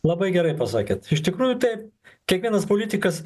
labai gerai pasakėt iš tikrųjų taip kiekvienas politikas